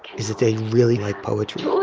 is that they really like poetry um